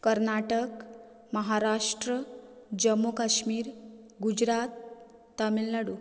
Karnataka Maharashtra Jammu Kashmir Gujarat Tamil Nadu